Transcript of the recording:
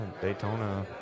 daytona